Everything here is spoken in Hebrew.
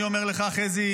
אני אומר לך, חזי.